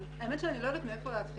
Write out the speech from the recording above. האמת היא שאני לא יודעת מאיפה להתחיל.